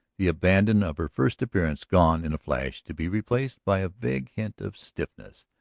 the abandon of her first appearance gone in a flash to be replaced by a vague hint of stiffness.